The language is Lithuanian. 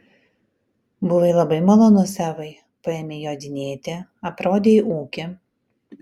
buvai labai malonus evai paėmei jodinėti aprodei ūkį